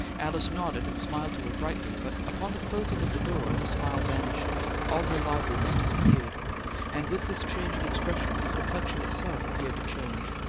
alice nodded and smiled to her brightly, but upon the closing of the door, the smile vanished all her liveliness disappeared and with this change of expression her complexion itself appeared to change,